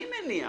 אני מניח,